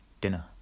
dinner